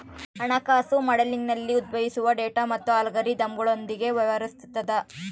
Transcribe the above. ಹಣಕಾಸು ಮಾಡೆಲಿಂಗ್ನಲ್ಲಿ ಉದ್ಭವಿಸುವ ಡೇಟಾ ಮತ್ತು ಅಲ್ಗಾರಿದಮ್ಗಳೊಂದಿಗೆ ವ್ಯವಹರಿಸುತದ